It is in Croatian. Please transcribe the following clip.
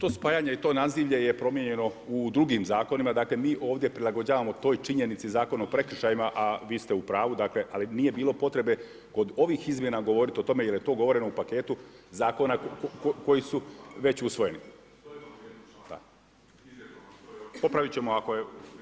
To spajanje i to nazivlje je promijenjeno u drugim zakonima, dakle mi ovdje prilagođavamo toj činjenici Zakon o prekršajima, a vi ste u pravu dakle, ali nije bilo potrebe od ovih izmjena govorit o tome jer je to govoreno u paketu zakona koji su već usvojeni. … [[Upadica se ne čuje.]] Popravit ćemo ako